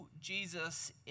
Jesus